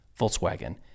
Volkswagen